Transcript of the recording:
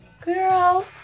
Girl